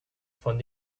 von